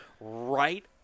right